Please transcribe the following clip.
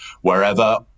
wherever